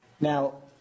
Now